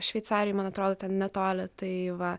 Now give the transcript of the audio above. šveicarijoj man atrodo ten netoli tai va